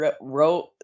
wrote